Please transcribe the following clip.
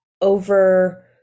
over